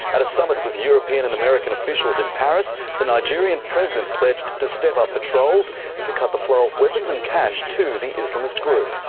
at a summit with european and american officials in paris the nigerian president pledged to step up patrols and to cut the flow of weapons and cash to the islamist group.